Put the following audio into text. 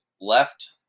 Left